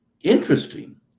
interesting